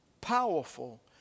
powerful